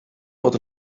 bod